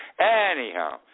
Anyhow